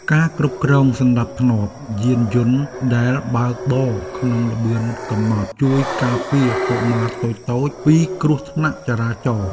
ការគ្រប់គ្រងសណ្តាប់ធ្នាប់យានយន្តដែលបើកបរក្នុងល្បឿនកំណត់ជួយការពារកុមារតូចៗពីគ្រោះថ្នាក់ចរាចរណ៍។